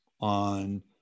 on